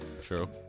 True